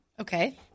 Okay